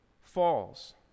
falls